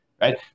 right